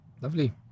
Lovely